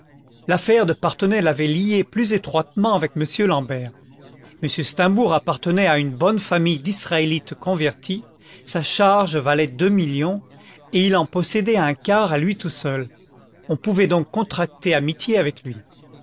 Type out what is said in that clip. l'affaire de parthenay l'avait lié plus étroitement avec m l'ambert m steimbourg appartenait à une bonne famille d'israélites convertis sa charge valait deux millions et il en possédait un quart à lui tout seul on pouvait donc contracter amitié avec lui